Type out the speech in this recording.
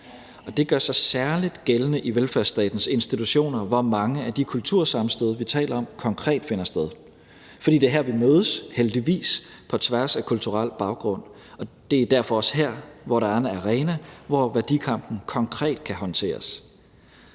Og det gør sig særlig gældende i velfærdsstatens institutioner, hvor mange af de kultursammenstød, vi taler om, konkret finder sted, fordi det er her, vi mødes, heldigvis, på tværs af kulturel baggrund, og det er derfor også her, at der er en arena, hvor værdikampen konkret kan håndteres.